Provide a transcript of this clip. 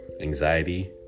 anxiety